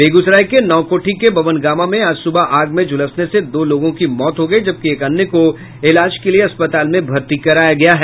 बेगुसराय के नावकोठी के बभनगामा में आज सुबह आग में झुलसने से दो लोगों की मौत हो गयी जबकि एक अन्य को इलाज के लिये अस्पताल में भर्ती कराया गया है